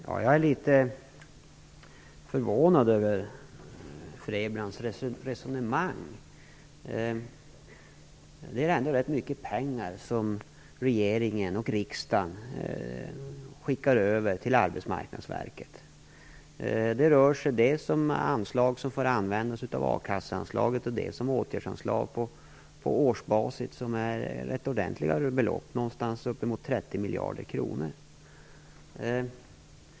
Herr talman! Jag är litet förvånad över Rose Marie Frebrans resonemang. Det är ändå rätt mycket pengar som regering och riksdag skickar över till Arbetsmarknadsverket. Det rör sig dels om medel som får användas av a-kasseanslaget, dels om åtgärdsanslag på årsbasis med rätt ordentliga belopp - uppemot 30 miljarder kronor.